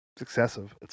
excessive